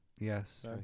Yes